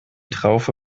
traufe